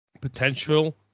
potential